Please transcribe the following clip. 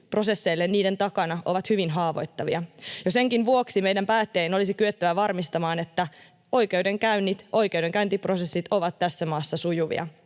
prosesseille niiden takana ovat hyvin haavoittavia. Jo senkin vuoksi meidän päättäjien olisi kyettävä varmistamaan, että oikeudenkäynnit, oikeudenkäyntiprosessit ovat tässä maassa sujuvia.